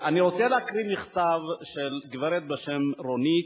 אני רוצה להקריא מכתב של גברת בשם רונית,